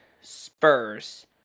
Spurs